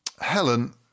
Helen